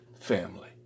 family